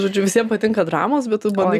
žodžiu visiem patinka dramos bet tu bandai